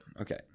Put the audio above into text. Okay